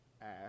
ask